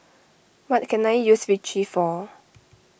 what can I use Vichy for